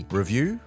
review